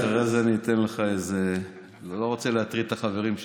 אני לא רוצה להטריד את החברים שלך,